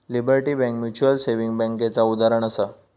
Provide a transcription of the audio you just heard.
liberty bank mutual saving बैंकेचा उदाहरणं आसा